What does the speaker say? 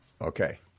Okay